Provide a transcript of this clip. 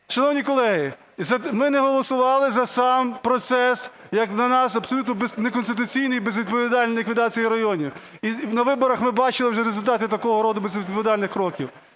Шановні колеги, ми не голосували за сам процес, як на нас, абсолютно неконституційний і безвідповідальний – ліквідацію районів, і на виборах ми бачили вже результати такого роду безвідповідальних кроків.